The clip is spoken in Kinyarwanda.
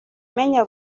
umenya